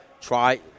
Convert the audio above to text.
try